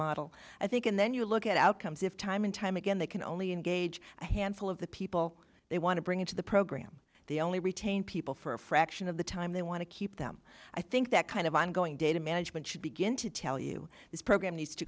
model i think and then you look at outcomes if time and time again they can only engage a handful of the people they want to bring into the program the only retain people for a fraction of the time they want to keep them i think that kind of ongoing data management should begin to tell you this program needs to